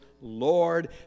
Lord